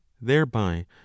thereby